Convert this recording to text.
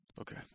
Okay